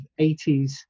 80s